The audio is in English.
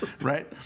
right